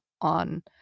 on